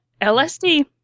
LSD